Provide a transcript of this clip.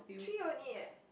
three only eh